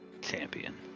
champion